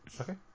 Okay